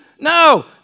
No